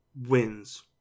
Wins